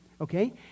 okay